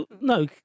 no